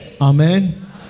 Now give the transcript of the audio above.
Amen